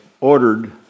ordered